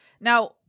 Now